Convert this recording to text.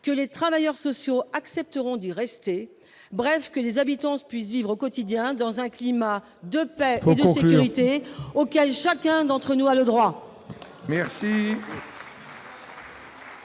que les travailleurs sociaux accepteront d'y rester, bref que les habitants puissent vivre au quotidien dans un climat de paix sécurité auxquelles chacun d'entre nous a le droit.